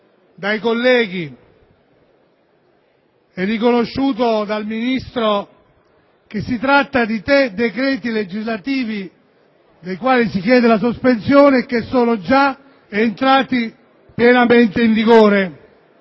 colleghi e riconosciuto dal Ministro, i tre decreti legislativi dei quali si chiede la sospensione sono già entrati pienamente in vigore: